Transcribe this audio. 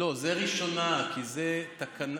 לא, זה לראשונה, כי זו תקנה.